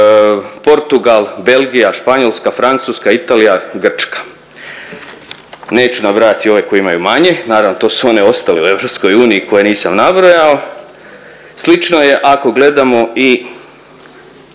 Portugal, Belgija, Španjolska, Francuska, Italija, Grčka. Neću nabrajati ove koje imaju manje, naravno to su one ostale u EU koje nisam nabrojao. Slično je ako gledamo i